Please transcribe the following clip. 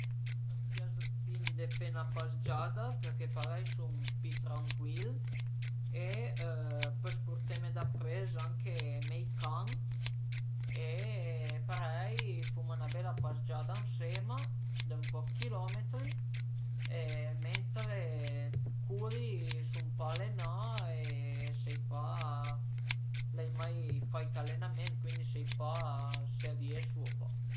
A m'pias pi andé fe 'na spasgiada perché parei sun pi trancuil e pös purteme dapres anche mei can e parei fuma 'na bela pasgiada ënsema dë ën poch dë chilometri, mentre curi sun pa alenà e sai pa, l'ai mai fait alenament, cuindi sai pa se riesu o pa